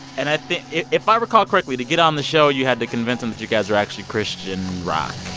and i think if i recall correctly to get on the show you had to convince them that you guys are actually christian rock.